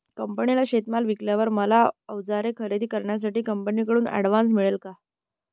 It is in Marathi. कंपनीला शेतीमाल विकल्यावर मला औजारे खरेदी करण्यासाठी कंपनीकडून ऍडव्हान्स मिळेल का?